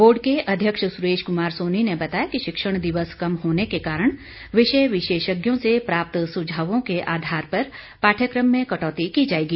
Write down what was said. board के अध्यक्ष सुरेश कुमार सोनी ने बताया कि शिक्षण दिवस कम होने के कारण विषय विशेषज्ञों से प्राप्त सुझावों के आधार पर पाठ्य क्रम में कटौती की जाएगी